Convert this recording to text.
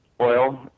oil